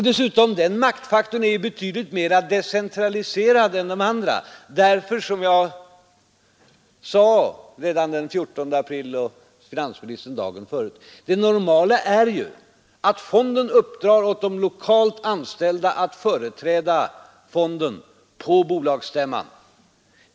Dessutom är den maktfaktorn betydligt mer decentraliserad än de andra därför att — som jag sade redan den 14 april och finansministern dagen före — det normala kommer att bli att fonden uppdrar åt de lokalt anställda att företräda fonden på bolagsstämmorna.